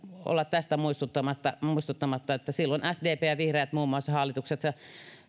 olla muistuttamatta muistuttamatta että silloin sdp ja vihreät muun muassa hallituksessa